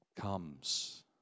comes